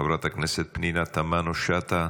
חברת הכנסת פנינה תמנו שאטה,